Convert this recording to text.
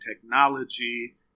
technology